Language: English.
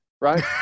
right